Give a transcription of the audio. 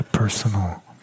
personal